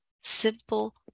simple